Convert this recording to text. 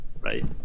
right